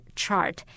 chart